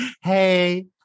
hey